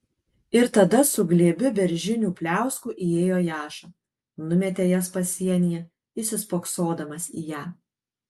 ir tada su glėbiu beržinių pliauskų įėjo jaša numetė jas pasienyje įsispoksodamas į ją